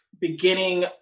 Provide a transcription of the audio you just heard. beginning